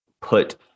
put